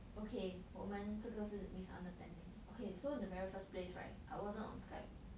okay 我们这个是 misunderstanding okay so in the very first place right I wasn't on skype